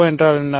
வ என்றால் என்ன